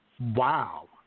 Wow